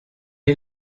est